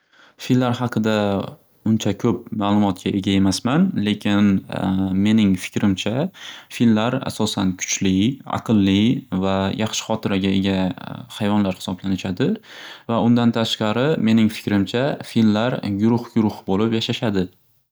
Fillar haqida uncha ko'p ma'lumotga ega emasman lekin mening fikrimcha fillar asosan kuchli aqilli va yaxshi xotiraga ega hayvonlar xisoblanishadi va undan tashqari mening fikrimcha fillar guruh guruh bo'lib yashashadi.